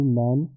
men